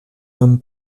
homme